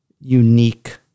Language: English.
unique